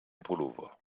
pullover